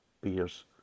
beers